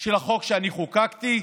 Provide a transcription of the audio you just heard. של החוק שאני חוקקתי.